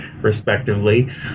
respectively